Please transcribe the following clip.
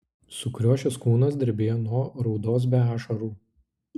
sukriošęs kūnas drebėjo nuo raudos be ašarų